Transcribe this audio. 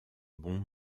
bon